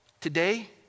today